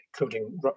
including